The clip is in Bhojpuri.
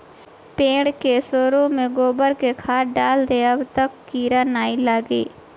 पेड़ के सोरी में गोबर के खाद डाल देबअ तअ कीरा नाइ लागी